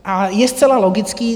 A je zcela logické...